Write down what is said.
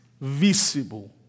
visible